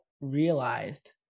realized